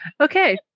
okay